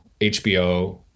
HBO